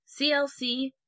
CLC